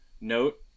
note